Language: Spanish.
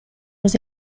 los